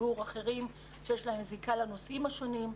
ציבור אחרים שיש להם זיקה לנושאים השונים.